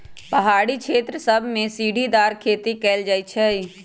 पहारी क्षेत्र सभमें सीढ़ीदार खेती कएल जाइ छइ